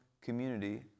community